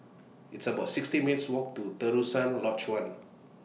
It's about sixteen minutes' Walk to Terusan Lodge one